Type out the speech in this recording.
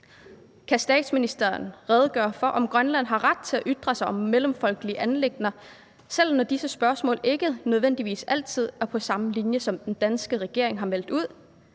Kan statsministeren redegøre for, om Grønland har ret til at ytre sig om mellemfolkelige anliggender, selv om disse ytringer ikke nødvendigvis altid er på samme linje, som den danske regering har meldt ud,